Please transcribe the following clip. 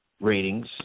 ratings